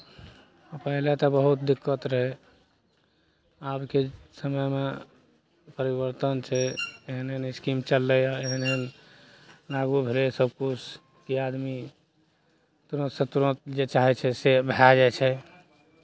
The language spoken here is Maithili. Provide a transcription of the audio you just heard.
पहिले तऽ बहुत दिक्कत रहै आबके समयमे परिवर्तन छै एहन एहन स्कीम चललैए एहन एहन भेलै सभकिछु कि आदमी कोनो तुरन्तसँ तुरन्त जे चाहै छै से भए जाइ छै